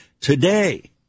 today